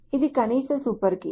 ఇది కనీస super key